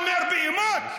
בהמות.